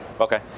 Okay